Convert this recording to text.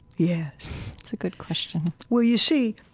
yeah it's a good question well, you see,